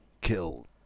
kill